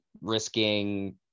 risking